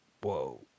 Whoa